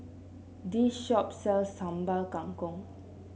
this shop sells Sambal Kangkong